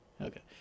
Okay